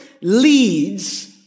leads